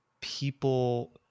people